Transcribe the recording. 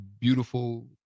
beautiful